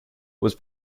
was